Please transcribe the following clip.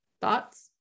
Thoughts